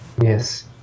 Yes